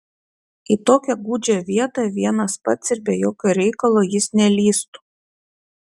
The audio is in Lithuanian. į tokią gūdžią vietą vienas pats ir be jokio reikalo jis nelįstų